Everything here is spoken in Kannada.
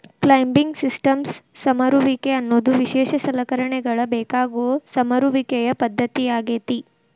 ಕ್ಲೈಂಬಿಂಗ್ ಸಿಸ್ಟಮ್ಸ್ ಸಮರುವಿಕೆ ಅನ್ನೋದು ವಿಶೇಷ ಸಲಕರಣೆಗಳ ಬೇಕಾಗೋ ಸಮರುವಿಕೆಯ ಪದ್ದತಿಯಾಗೇತಿ